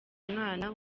mwana